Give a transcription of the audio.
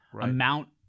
amount